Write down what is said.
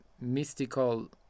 mystical